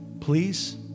Please